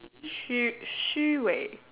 虚虚伪